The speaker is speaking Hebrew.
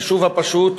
החישוב הפשוט,